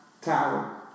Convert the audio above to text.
tower